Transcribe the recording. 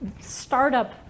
startup